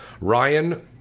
Ryan